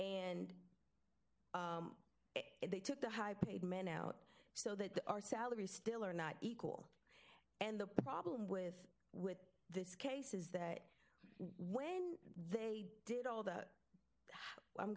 and they took the high paid men out so that our salaries still are not equal and the problem with with this case is that when they did all that